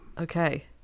Okay